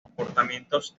comportamientos